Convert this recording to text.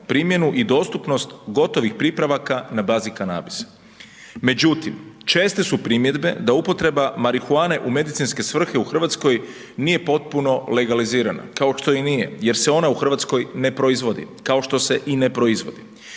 primjenu i dostupnost gotovih pripravaka na bazi kanabisa. Međutim, česte su primjedbe da upotreba marihuane u medicinske svrhe u Hrvatskoj nije potpuno legalizirana. Kao što i nije jer se ona u Hrvatskoj ne proizvodi, kao što se i ne proizvodi.